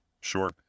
Sure